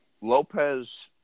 Lopez